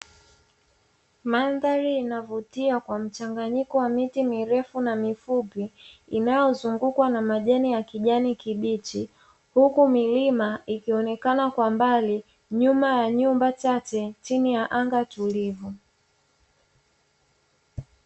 Mandhari inavutia kwa mchanganyiko wa miti mirefu na mifupi, inayozunguka na majani ya rangi ya kijani kibichi, huku milima ikionekana kwa mbali, nyuma ya nyumba chache chini ya anga tulivu.